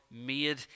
made